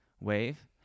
Wave